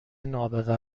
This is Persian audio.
نابغه